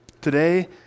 Today